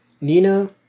Nina